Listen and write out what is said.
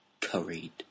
curried